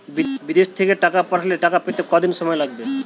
বিদেশ থেকে টাকা পাঠালে টাকা পেতে কদিন সময় লাগবে?